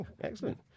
Excellent